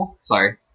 sorry